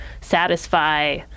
satisfy